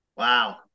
Wow